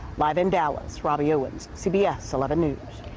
live in dallas, robbie owens, cbs eleven news.